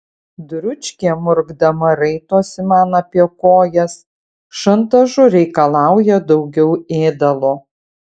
dručkė murkdama raitosi man apie kojas šantažu reikalauja daugiau ėdalo